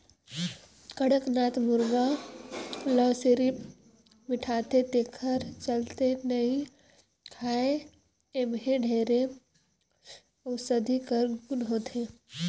कड़कनाथ मुरगा ल सिरिफ मिठाथे तेखर चलते नइ खाएं एम्हे ढेरे अउसधी कर गुन होथे